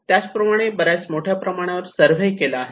त्यांनी बऱ्याच मोठ्या प्रमाणावर सर्वे केला आहे